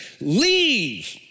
leave